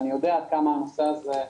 אני יודע כמה הנושא הזה,